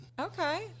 Okay